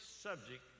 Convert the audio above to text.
subject